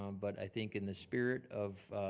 um but i think in the spirit of,